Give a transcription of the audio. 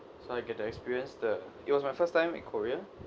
so I get to experience the it was my first time in korea